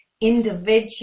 individual